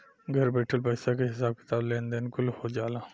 घर बइठल पईसा के हिसाब किताब, लेन देन कुल हो जाला